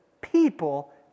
people